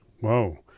Whoa